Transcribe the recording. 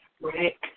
Right